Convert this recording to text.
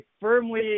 firmly